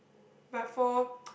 but for